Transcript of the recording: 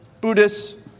Buddhists